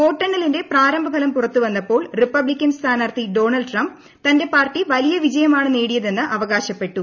വോട്ടെണ്ണലിന്റെ പ്രാരംഭ ഫലം പുറത്തു വന്നപ്പോൾ റിപ്പബ്ലിക്കൻ സ്ഥാനാർത്ഥി ഡോണൾഡ് ട്രംപ്പ് തന്റെ പാർട്ടി വലിയ വിജയമാണ് നേടിയതെന്ന് അവകാശപ്പെട്ടു